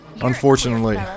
Unfortunately